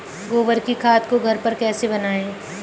गोबर की खाद को घर पर कैसे बनाएँ?